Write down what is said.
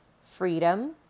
freedom